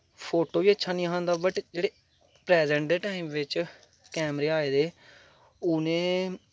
photo बी अच्छा निं हा औंदा बट जेह्ड़े प्राज़ैंट दे टैम च कैमरे आए दे उ'नें